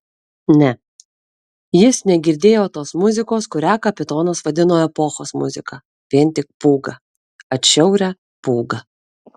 ne jis negirdėjo tos muzikos kurią kapitonas vadino epochos muzika vien tik pūgą atšiaurią pūgą